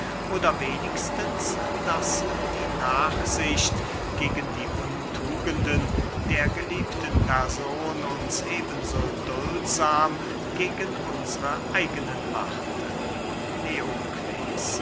oder wenigstens daß die nachsicht gegen die untugenden der geliebten person uns eben so duldsam gegen unsre eigene machte neokles